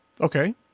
Okay